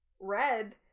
Red